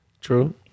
True